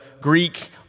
Greek